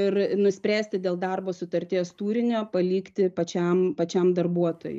ir nuspręsti dėl darbo sutarties turinio palikti pačiam pačiam darbuotojui